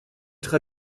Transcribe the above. très